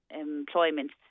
employment